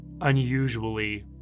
unusually